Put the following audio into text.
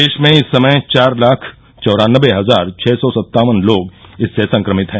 देश में इस समय चार लाख चौरानबे हजार छः सौ सत्तावन लोग इससे संक्रमित हैं